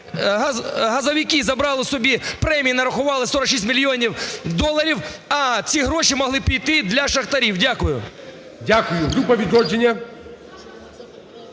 газовики забрали собі премію і нарахували 46 мільйонів доларів, а ці гроші могли піти для шахтарів? Дякую. ГОЛОВУЮЧИЙ. Дякую.